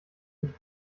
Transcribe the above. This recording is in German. nicht